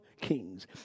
kings